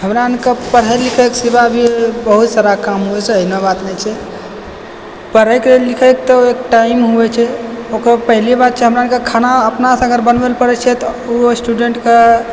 हमरा आनके पढ़ै लिखैके सिवा बहुत सारा काम होइ छै ओहनो बात नहि छै पढ़ै लिखैके तऽ एक टाइम होइ छै ओकर पहली बात छै हमरा आरके खाना अपनासँ अगर बनबै ला पड़ै छै तऽ उहो स्टुडेन्टके